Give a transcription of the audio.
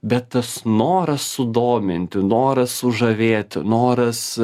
bet tas noras sudominti noras sužavėti noras